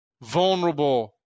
vulnerable